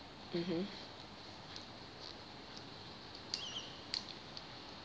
mmhmm